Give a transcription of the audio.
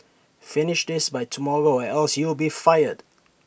finish this by tomorrow or else you'll be fired